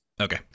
Okay